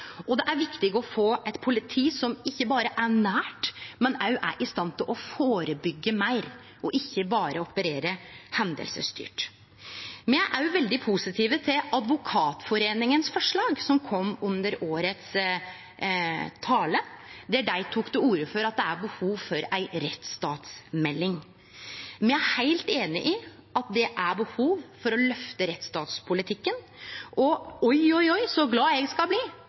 og det er viktig å få eit politi som ikkje berre er nært, men som òg er i stand til å førebyggje meir og ikkje berre operere hendingsstyrt. Me er òg veldig positive til forslaget frå Advokatforeningen, som kom under årets tale, der dei tok til orde for at det er behov for ei rettsstatsmelding. Me er heilt einig i at det er behov for å lyfte rettsstatspolitikken, og «Oj, oj, oj, så glad jeg skal bli»